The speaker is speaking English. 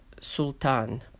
Sultan